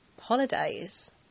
holidays